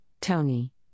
Tony